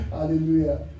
Hallelujah